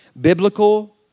biblical